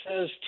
says